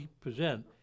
present